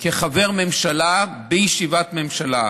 כחבר ממשלה בישיבת ממשלה.